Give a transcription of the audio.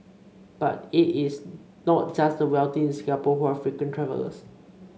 but it is not just the wealthy in Singapore who are frequent travellers